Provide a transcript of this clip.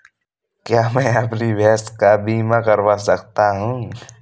क्या मैं अपनी भैंस का बीमा करवा सकता हूँ?